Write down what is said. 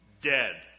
dead